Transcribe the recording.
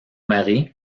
mari